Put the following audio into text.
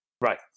Right